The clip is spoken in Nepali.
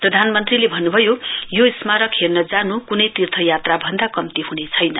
प्रधानमन्त्रीले भन्नुभयो यो स्मारक हेर्न जानु कुनै तीर्थयात्रा भन्दा कम्ती हुनेछैन